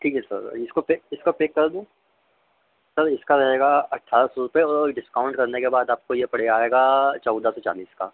ठीक है सर इसको पेक इसका पेक करा दूँ सर इसका रहेगा अट्ठारह सौ रुपये और डिस्काउंट करने के बाद आपको यह पड़ जाएगा चौदह सौ चालीस का